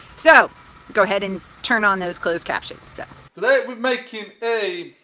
so go ahead and turn on those closed captions. making a